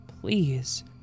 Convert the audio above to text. please